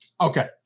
Okay